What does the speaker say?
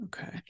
okay